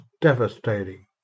devastating